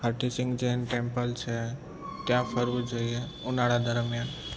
Hathee Singh Jain temple છે ત્યાં ફરવું જોઈએ ઉનાળા દરમિયાન